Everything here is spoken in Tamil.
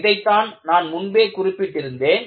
இதைத்தான் நான் முன்பே குறிப்பிட்டேன்